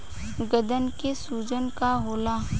गदन के सूजन का होला?